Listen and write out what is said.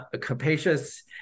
capacious